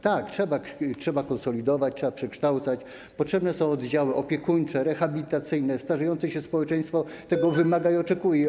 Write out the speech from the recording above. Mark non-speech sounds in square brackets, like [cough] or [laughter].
Tak, trzeba konsolidować, trzeba przekształcać, potrzebne są oddziały opiekuńcze, rehabilitacyjne, starzejące się społeczeństwo tego wymaga [noise] i oczekuje.